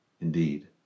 indeed